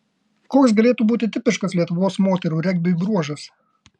koks galėtų būti tipiškas lietuvos moterų regbiui bruožas